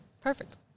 Perfect